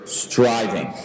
striving